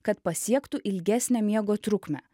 kad pasiektų ilgesnę miego trukmę